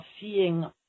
seeing